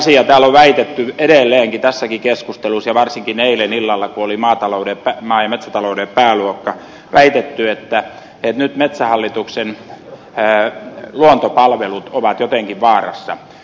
täällä on väitetty edelleenkin tässäkin keskustelussa ja varsinkin eilen illalla kun oli maa ja metsätalouden pääluokka että nyt metsähallituksen luontopalvelut ovat jotenkin vaarassa